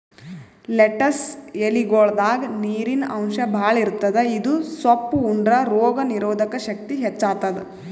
lettuce ಎಲಿಗೊಳ್ದಾಗ್ ನೀರಿನ್ ಅಂಶ್ ಭಾಳ್ ಇರ್ತದ್ ಇದು ಸೊಪ್ಪ್ ಉಂಡ್ರ ರೋಗ್ ನೀರೊದಕ್ ಶಕ್ತಿ ಹೆಚ್ತಾದ್